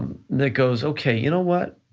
that goes, okay, you know what?